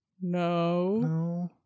no